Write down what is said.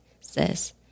says